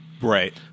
Right